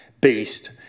beast